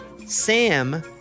Sam